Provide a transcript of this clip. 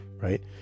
right